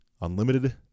unlimited